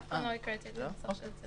אף פעם לא קראתי את הנוסח של הצווים.